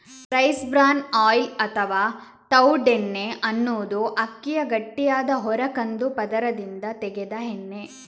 rice bran oil ಅಥವಾ ತವುಡೆಣ್ಣೆ ಅನ್ನುದು ಅಕ್ಕಿಯ ಗಟ್ಟಿಯಾದ ಹೊರ ಕಂದು ಪದರದಿಂದ ತೆಗೆದ ಎಣ್ಣೆ